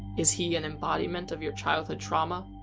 is he an embodiment of your childhood trauma?